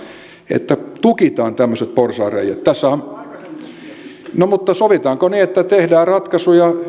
että tukitaan tämmöiset porsaanreiät no mutta sovitaanko niin että tehdään ratkaisuja